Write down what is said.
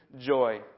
joy